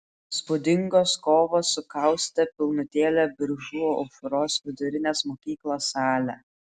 įspūdingos kovos sukaustė pilnutėlę biržų aušros vidurinės mokyklos salę